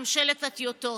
ממשלת הטיוטות.